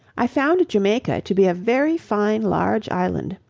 i found jamaica to be a very fine large island,